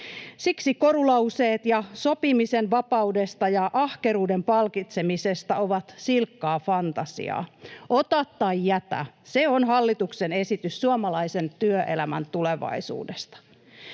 Siksi korulauseet sopimisen vapaudesta ja ahkeruuden palkitsemisesta ovat silkkaa fantasiaa. Ota tai jätä — se on hallituksen esitys suomalaisen työelämän tulevaisuudesta.